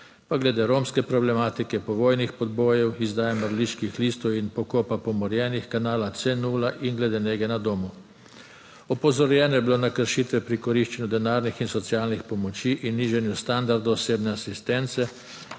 pa glede romske problematike, povojnih pobojev, izdaje mrliških listov in pokopa pomorjenih, kanala C0 in glede nege na domu. Opozorjeno je bilo na kršitve pri koriščenju denarnih in socialnih pomoči in nižanju standardov osebne asistence,